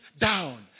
down